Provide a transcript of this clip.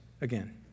again